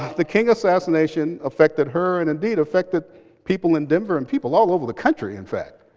the king assassination affected her, and indeed affected people in denver, and people all over the country, in fact.